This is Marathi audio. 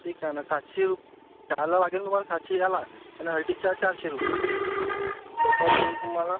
ठीक आहे ना सातशे रुपये जायला लागेल ना तुम्हाला सातशे यायला अन हल्टिंग चार्ज चारशे रुपये टोटल तुम्हाला